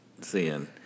Seeing